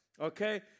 okay